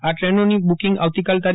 આ દ્રેનોની બુકિંગ આવતીકાલ તા